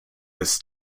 des